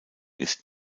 ist